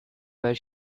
where